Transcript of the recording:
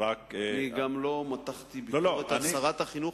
אני גם לא מתחתי ביקורת על שרת החינוך,